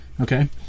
Okay